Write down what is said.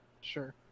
sure